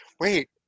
wait